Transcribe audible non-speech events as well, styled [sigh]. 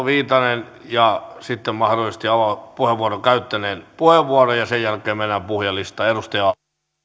[unintelligible] viitanen ja sitten mahdollisesti avauspuheenvuoron käyttäneen puheenvuoro ja sen jälkeen mennään puhujalistaan arvoisa herra